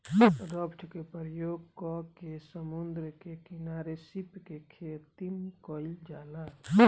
raft के प्रयोग क के समुंद्र के किनारे सीप के खेतीम कईल जाला